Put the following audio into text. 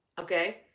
Okay